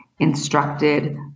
instructed